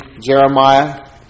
Jeremiah